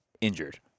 injured